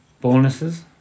bonuses